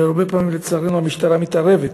והרבה פעמים, לצערנו, המשטרה מתערבת.